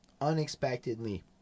unexpectedly